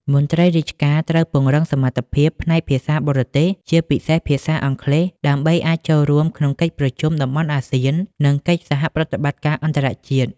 មន្ត្រីរាជការត្រូវពង្រឹងសមត្ថភាពផ្នែកភាសាបរទេស ជាពិសេសភាសាអង់គ្លេស ដើម្បីអាចចូលរួមក្នុងកិច្ចប្រជុំតំបន់អាស៊ាន និងកិច្ចសហប្រតិបត្តិការអន្តរជាតិ។